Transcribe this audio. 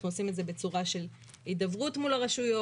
אנחנו עושים את זה בצור השל הידברות מול הרשויות,